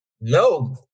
No